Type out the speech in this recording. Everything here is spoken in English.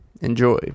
Enjoy